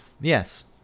yes